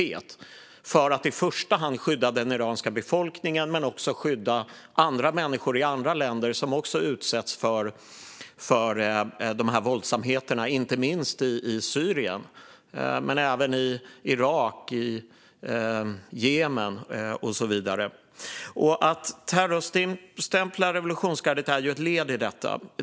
Det handlar om att i första hand skydda den iranska befolkningen men också om att skydda människor i andra länder som också utsätts för de här våldsamheterna, inte minst i Syrien men även i Irak, Jemen och så vidare. Att terrorstämpla revolutionsgardet är ett led i detta.